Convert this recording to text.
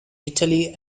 italy